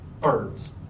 birds